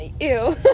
Ew